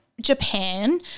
Japan